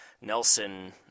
Nelson